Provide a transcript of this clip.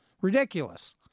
Ridiculous